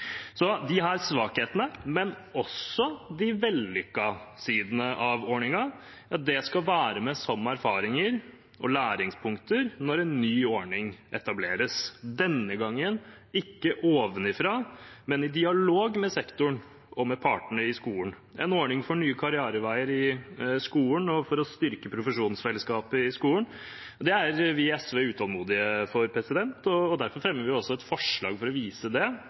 svakhetene, men også de vellykkede sidene ved ordningen, skal være med som erfaringer og læringspunkter når en ny ordning etableres, denne gangen ikke ovenfra, men i dialog med sektoren og med partene i skolen, en ordning for nye karriereveier i skolen og for å styrke profesjonsfellesskapet i skolen. Det er vi i SV utålmodige etter, og derfor fremmer vi også, sammen med Rødt, her i salen et forslag for å vise det.